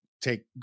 take